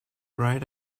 right